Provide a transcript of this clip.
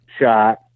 shot